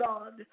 God